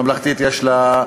ממלכתית יש לה,